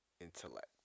Intellect